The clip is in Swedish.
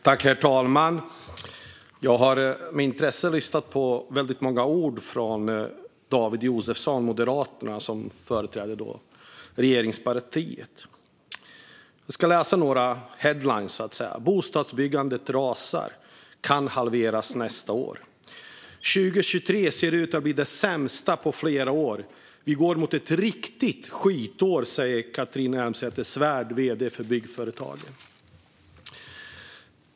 Herr talman! Jag har med intresse lyssnat på väldigt många ord från Moderaternas David Josefsson som företräder regeringspartierna. Jag ska läsa upp några headlines: Bostadsbyggandet rasar - kan halveras nästa år. 2023 ser ut att bli det sämsta på flera år. Vi går mot ett riktigt skitår, säger Catharina Elmsäter-Svärd, vd för Byggföretagen.